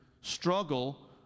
struggle